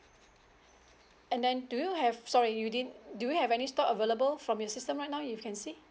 and then do you have sorry you didn't do you have any stock available from your system right now you can see